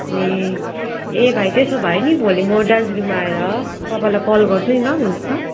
ए ए भाइ त्यसो भए नि भोलि म दार्जिलिङमा आएर तपाईँलाई कल गर्छु नि ल हुन्छ